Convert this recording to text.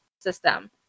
system